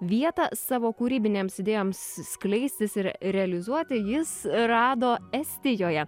vietą savo kūrybinėms idėjoms skleistis ir realizuoti jis rado estijoje